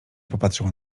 popatrzyła